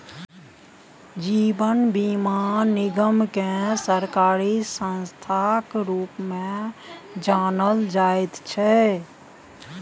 जीवन बीमा निगमकेँ सरकारी संस्थाक रूपमे जानल जाइत छै